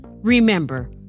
Remember